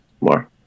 more